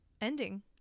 ending